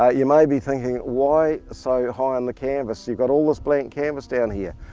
ah you may be thinking why so high on the canvas? you've got all this blank canvas down here',